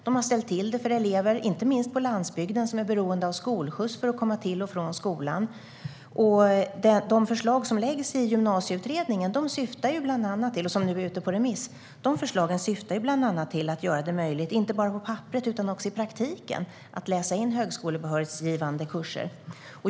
De har ställt till det för elever inte minst på landsbygden, där de är beroende av skolskjuts för att komma till och från skolan. De förslag som läggs fram i Gymnasieutredningen, som nu är ute på remiss, syftar bland annat till att göra det möjligt inte bara på papperet utan också i praktiken att läsa in högskolebehörighetsgivande kurser.